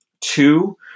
Two